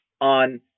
on